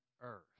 earth